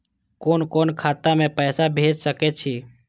कुन कोण खाता में पैसा भेज सके छी?